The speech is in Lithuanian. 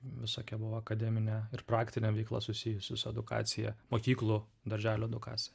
visokia buvo akademinė ir praktinė veikla susijusi su edukacija mokyklų darželio edukacija